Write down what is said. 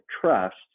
trust